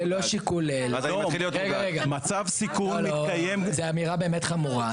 זה לא שיקול, זאת באמת אמירה חמורה.